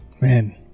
Man